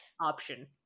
option